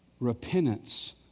repentance